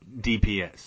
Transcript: DPS